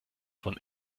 von